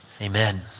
Amen